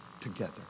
together